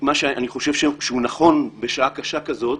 מה שאני חושב שנכון בשעה קשה כזאת.